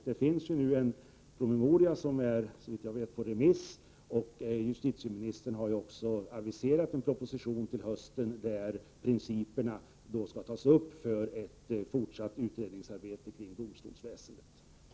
Det finns ju nu en promemoria som, såvitt jag vet, är ute på remiss. Dessutom har justitieministern aviserat en proposition till hösten, där principerna för ett fortsatt utredningsarbete beträffande domstolsväsendet skall tas upp.